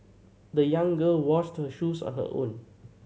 the young girl washed her shoes on her own